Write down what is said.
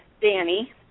Danny